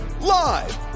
live